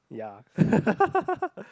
yeah